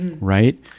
Right